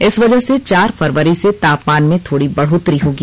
इस वजह से चार फरवरी से तापमान में थोड़ी बढ़ोतरी होगी